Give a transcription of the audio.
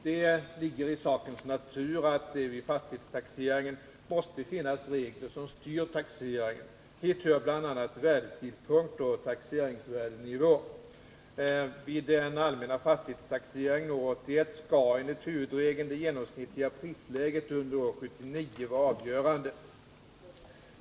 Det ligger i sakens natur att det vid fastighetstaxeringen måste finnas regler som styr taxeringen. Hit hör bl.a. värdetidpunkt och taxeringsvärdenivå. Vid den allmänna fastighetstaxeringen år 1981 skall enligt huvudregeln det genomsnittliga prisläget under år 1979 vara avgörande.